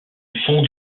fonde